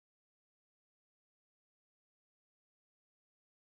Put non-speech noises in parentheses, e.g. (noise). (unintelligible)